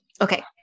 Okay